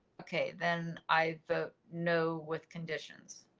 okay. then i the know with conditions.